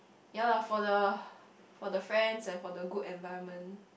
ya lah for the for the friends and for the good environment